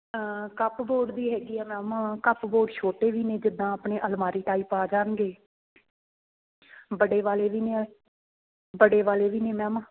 cupboard ਦੀ ਹੈਗੀ ਆ ਮੈਮ ਕੱਪਬੋਰਡ ਛੋਟੇ ਵੀ ਨੇ ਜਿੱਦਾਂ ਆਪਣੇ ਅਲਮਾਰੀ ਟਾਈਪ ਆ ਜਾਣਗੇ ਬੜੇ ਵਾਲੇ ਵੀ ਨੇ ਬੜੇ ਵਾਲੇ ਵੀ ਨੇ ਮੈਮ